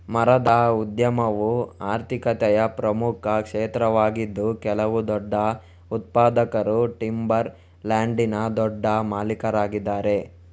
ಮರದ ಉದ್ಯಮವು ಆರ್ಥಿಕತೆಯ ಪ್ರಮುಖ ಕ್ಷೇತ್ರವಾಗಿದ್ದು ಕೆಲವು ದೊಡ್ಡ ಉತ್ಪಾದಕರು ಟಿಂಬರ್ ಲ್ಯಾಂಡಿನ ದೊಡ್ಡ ಮಾಲೀಕರಾಗಿದ್ದಾರೆ